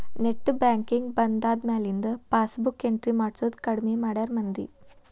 net banking ಬಂದ್ಮ್ಯಾಲಿಂದ passbook entry ಮಾಡ್ಸೋದ್ ಕಡ್ಮಿ ಮಾಡ್ಯಾರ ಮಂದಿ